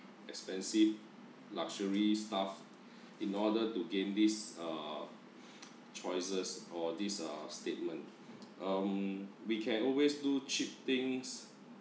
expensive luxury stuff in order to gain this uh choices or this uh statement um we can always do cheap things